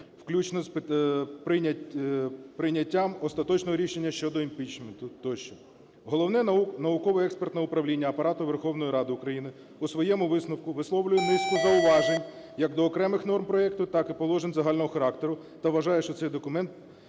включно з прийняттям остаточного рішення щодо імпічменту тощо. Головне науково-експертне управління Апарату Верховної Ради України у своєму висновку висловлює низку зауважень як до окремих норм проекту, так і положень загального характеру, та вважає, що цей документ